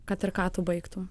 kad ir ką tu baigtum